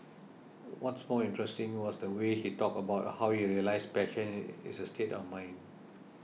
what's more interesting was the way he talked about how he realised passion is a state of mind